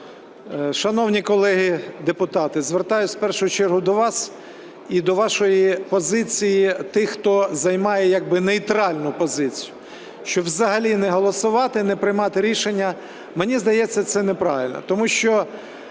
Шановні колеги депутати, звертаюсь в першу чергу до вас і до вашої позиції, тих, хто займає якби нейтральну позицію, що взагалі не голосувати і не приймати рішення. Мені здається, це неправильно,